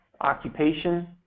occupation